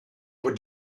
pour